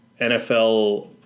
NFL